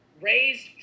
raised